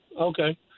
Okay